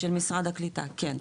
של משרד הקליטה, כן.